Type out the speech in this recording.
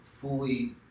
fully